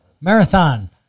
Marathon